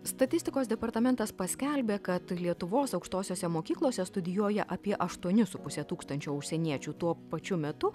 statistikos departamentas paskelbė kad lietuvos aukštosiose mokyklose studijuoja apie aštuoni su puse tūkstančio užsieniečių tuo pačiu metu